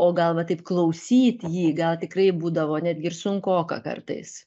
o gal va taip klausyt jį gal tikrai būdavo netgi ir sunkoka kartais